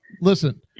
Listen